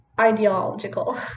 ideological